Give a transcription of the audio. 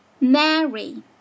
Mary